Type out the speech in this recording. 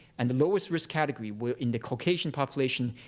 and the lowest risk category were in the caucasian population,